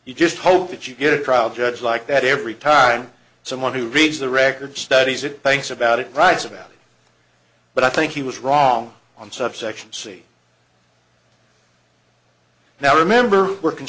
you just hope that you get a trial judge like that every time someone who reads the record studies it banks about it writes about it but i think he was wrong on subsections see now remember w